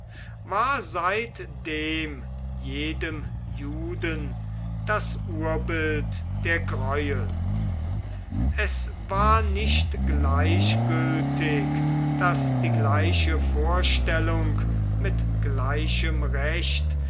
war seitdem jedem juden das urbild der greuel es war nicht gleichgültig daß die gleiche vorstellung mit gleichem recht